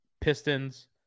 Pistons